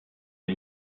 les